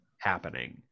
happening